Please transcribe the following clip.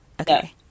Okay